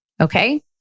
okay